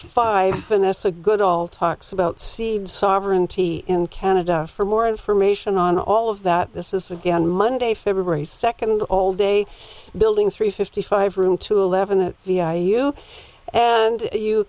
finesse a good all talks about seed sovereignty in canada for more information on all of that this is again monday february second all day building three fifty five room to eleven and vi you and you